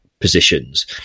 positions